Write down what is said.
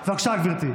בבקשה, גברתי.